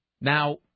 Now